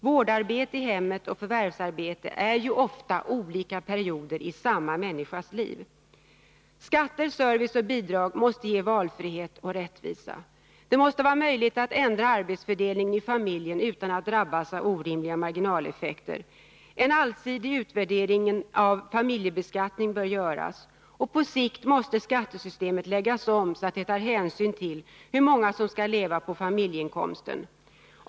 Vårdarbete i hemmet och förvärvsarbete är ofta olika perioder i samma människas liv. Skatter, service och bidrag måste ge valfrihet och rättvisa. Det måste också vara möjligt att ändra arbetsför delningen i familjen utan att drabbas av orimliga marginaleffekter. En allsidig utvärdering av familjebeskattningen bör göras, och förslag bör läggas fram i syfte att anpassa skatten efter bärkraft och att minska marginaleffekterna. På sikt måste skattesystemet läggas om så att det tar hänsyn till hur många som skall leva på familjeinkomsten.